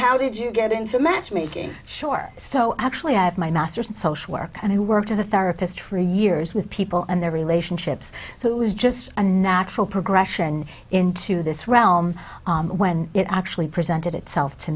how did you get into matchmaking sure so actually i have my masters in social work and who worked as a therapist for years with people and their relationships so it was just a natural progression into this realm when it actually presented itself to